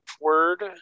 word